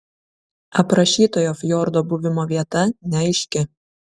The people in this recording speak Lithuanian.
aprašytojo fjordo buvimo vieta neaiški